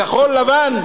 כחול-לבן,